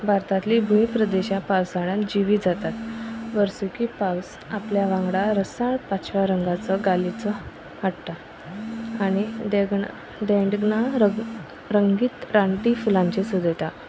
भारतांतली भूंय प्रदुशां पावसाळ्यांत जिवी जाता वर्सुकी पावस आपल्या वांगडा रसाळ पांचव्या रंगाचो गालीचो हाडटा आनी देगणां देंडगना रग रंगीत राणटी फुलांची सजयता